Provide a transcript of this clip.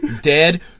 dead